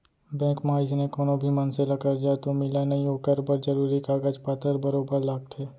bank म अइसने कोनो भी मनसे ल करजा तो मिलय नई ओकर बर जरूरी कागज पातर बरोबर लागथे